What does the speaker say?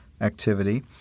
activity